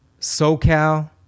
SoCal